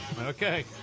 Okay